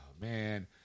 man